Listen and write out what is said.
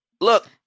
Look